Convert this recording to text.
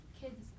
kids